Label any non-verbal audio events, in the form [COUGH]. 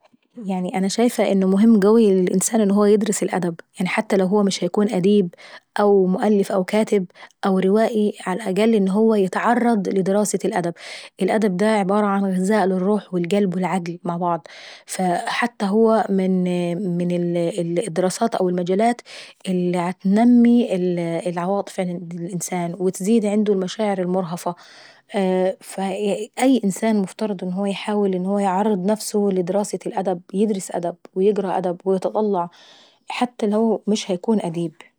يعني نا شايفة ان مهم قوي ان الانسان يدرس الأدب,. حتى لو هو مش أديب أو مؤلف أو وروائي. على الأقل لازم ان هو يتعرض لدراسة الأدب. الأدب دا عبارة عن غذاء للروح والقلب والعقل مع بعض. حتى ان هو من من [HESITATION] الدراسات او المجالات اللي عتنمي عنده المشاعر المرهفة، فأي انسان لازم ان هو يحاول ان هو يعرض نفسه لدراسة الادب، يدرس أدب، ويقرا أدب، ويتطلع حتى لو مش هيكون أديب.